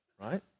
right